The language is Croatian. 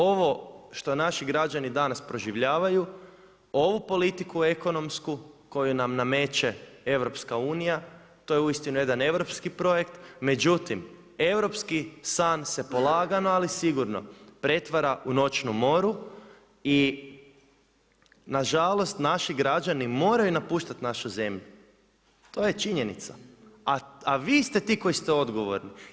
Ovo što naši građani danas proživljavaju ovu politiku ekonomsku koju nam nameće EU to je uistinu jedan europski projekt, međutim europski san se polagano ali sigurno pretvara u noćnu moru i nažalost naši građani moraju napuštati našu zemlju, to je činjenica, a vi ste ti koji ste odgovorni.